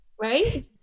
right